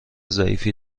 ضعیف